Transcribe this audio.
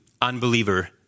unbeliever